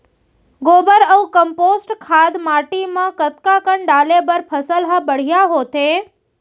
गोबर अऊ कम्पोस्ट खाद माटी म कतका कन डाले बर फसल ह बढ़िया होथे?